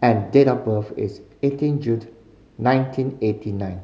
and date of birth is eighteen June nineteen eighty nine